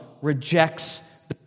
rejects